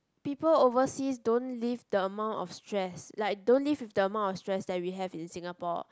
people overseas don't live the amount of stress like don't live with the amount of stress that we have in Singapore